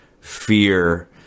fear